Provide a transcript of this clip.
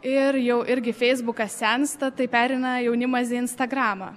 ir jau irgi feisbukas sensta tai pereina jaunimas į instagramą